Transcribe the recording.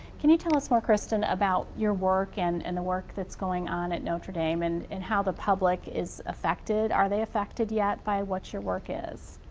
can you tell us more kristin about your work and and the work that's going on at notre dame and and how the public is effected are they effected yet by what your work is?